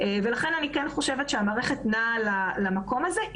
לכן, אני כן חושבת שהמערכת נעה למקום הזה.